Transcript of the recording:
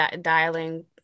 dialing